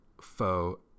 faux